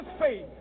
faith